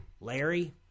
Larry